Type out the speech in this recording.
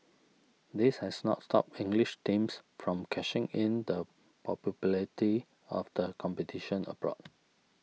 this has not stopped English teams from cashing in the probability of the competition abroad